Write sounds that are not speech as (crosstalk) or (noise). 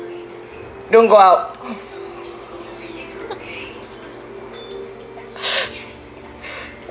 don't go out (breath)